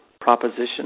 proposition